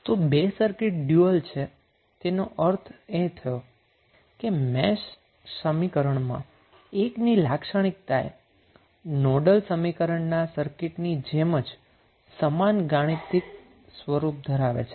તો જ્યારે બે સર્કિટ ડયુઅલ હોય છે તેનો અર્થ એ થયો કે મેશ સમીકરણ માં એક સર્કિટની લાક્ષણિકતાએ બીજી સર્કિટના નોડલ સમીકરણની જેમ જ સમાન ગાણિતિક સ્વરૂપ ધરાવે છે